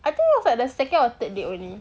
I think it was like the second or third date only